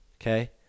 okay